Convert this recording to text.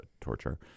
torture